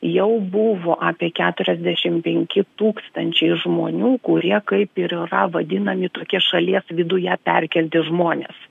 jau buvo apie keturiasdešim penki tūkstančiai žmonių kurie kaip ir yra vadinami tokie šalies viduje perkelti žmonės